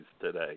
today